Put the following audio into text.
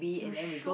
you should